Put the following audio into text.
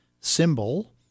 symbol